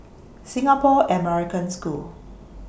Singapore American School